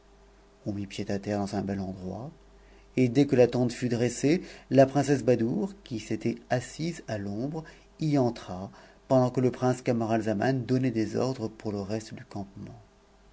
mit pied à terre dans un bel endroit et dès que la tente fut dressée la princesse badoure qui s'était assise à l'ombre y entra pendant que le prince camaralzaman donnait ses ordres pour le reste du campement